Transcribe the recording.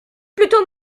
plutôt